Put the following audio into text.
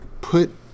put